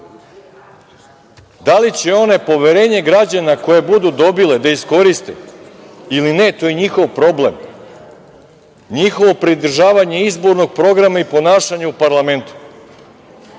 Da li će one poverenje građana koje budu dobile da iskoriste ili ne, to je njihov problem, njihovo pridržavanje izbornog programa i ponašanje u parlamentu.